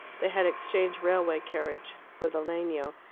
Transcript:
they had exchanged railway-carriage for the legno,